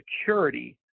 security